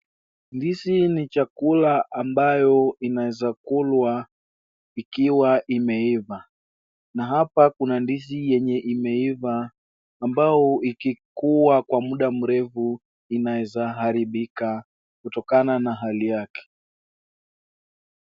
Ndizi ni chakula ambayo inaeza kulwa ikiwa imeiva, na hapa kuna ndizi yenye imeiva ambao ukikuwa kwa muda mrefu inaweza haribika kutokana na hali yake.